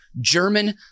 German